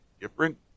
different